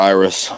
Iris